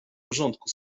porządku